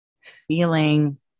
feeling